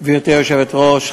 היושבת-ראש,